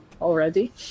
already